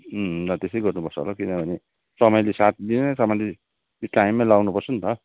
ल त्यसै गर्नुपर्छ होला किनभने समयले साथ दिन्न समयले टाइममै लाउनुपर्छ नि त